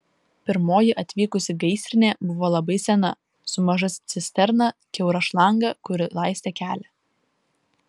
pirmoji atvykusi gaisrinė buvo labai sena su maža cisterna kiaura šlanga kuri laistė kelią